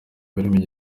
birimo